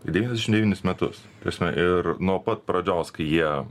devyniasdešim devynis metus prasme ir nuo pat pradžios kai jie